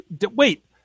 Wait